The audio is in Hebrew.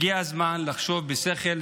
הגיע הזמן לחשוב בשכל,